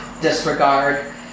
disregard